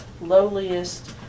lowliest